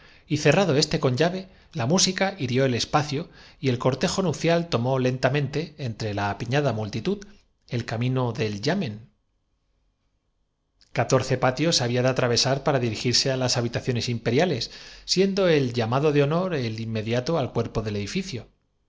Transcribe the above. y cerrado este con llave la mú suma no por anticipar el triunfo lo convirtamos en sica hirió el espacio y el cortejo nupcial tomó lenta derrota mente entre la apiñada multitud el camino delyamen esperemos á que nos libre el arcano de la inmor catorce patios había que atravesar para dirigirse á talidad las habitaciones imperiales siendo el llamado de honor la inmortalidad inquirió con cierto orgullo el inmediato al cuerpo del edificio